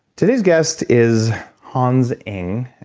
today's guest is hans eng,